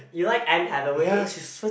you like Anne Hathaway